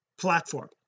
platform